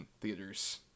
theaters